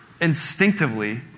instinctively